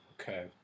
Okay